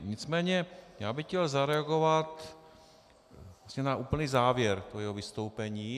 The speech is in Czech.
Nicméně bych chtěl zareagovat na úplný závěr jeho vystoupení.